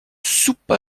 soupe